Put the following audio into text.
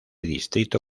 distrito